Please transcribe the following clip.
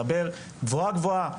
מדבר גבוהה על